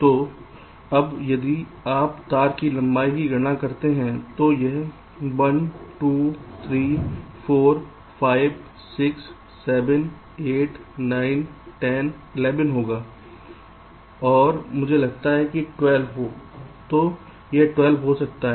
तो अब यदि आप तार की लंबाई की गणना करते हैं तो यह 1 2 3 4 5 6 7 8 9 10 11 होगा और मुझे लगता है कि 12 तो यह 12 हो जाता है